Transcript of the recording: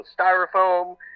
styrofoam